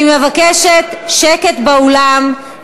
אני מבקשת שקט באולם,